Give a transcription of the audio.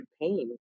pain